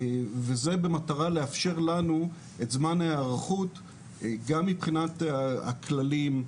וזה במטרה לאפשר לנו זמן היערכות גם מבחינת הכללים,